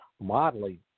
modeling